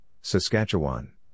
Saskatchewan